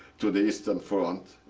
to the eastern front.